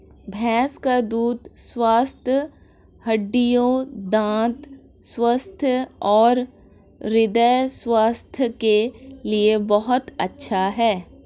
भैंस का दूध स्वस्थ हड्डियों, दंत स्वास्थ्य और हृदय स्वास्थ्य के लिए बहुत अच्छा है